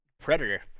Predator